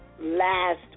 last